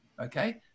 Okay